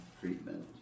treatment